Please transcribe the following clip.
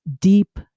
deep